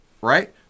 right